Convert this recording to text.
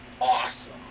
awesome